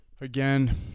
again